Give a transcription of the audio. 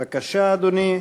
בבקשה, אדוני.